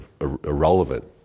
irrelevant